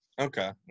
Okay